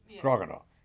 Crocodile